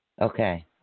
Okay